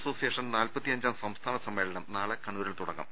association നാൽപ്പത്തി അഞ്ചാം സംസ്ഥാന സമ്മേളനം നാളെ കണ്ണൂരിൽ തുടങ്ങും